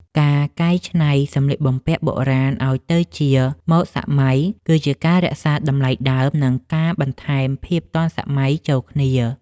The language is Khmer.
ការកែច្នៃសម្លៀកបំពាក់បុរាណឱ្យទៅជាម៉ូដសម័យ គឺជាការរក្សាតម្លៃដើម និងការបន្ថែមភាពទាន់សម័យចូលគ្នា។